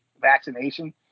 vaccination